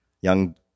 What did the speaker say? young